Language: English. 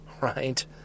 right